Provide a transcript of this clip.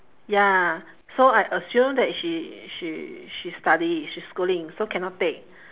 ya so I assume that she she she study she's schooling so cannot take